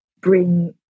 bring